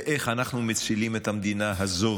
באיך אנחנו מצילים את המדינה הזאת